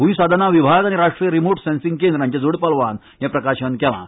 भूंय साधना विभाग आनी राष्ट्रीय रिपोट सेंसीग केंद्र हांच्या जोडपालवान हें प्रकाशन केलां